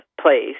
place